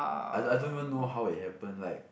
I don't I don't even know how it happen like